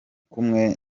kumwe